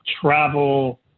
travel